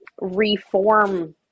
reform